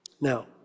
Now